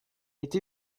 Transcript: été